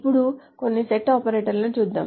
ఇప్పుడు కొన్ని సెట్ ఆపరేటర్లను చూద్దాం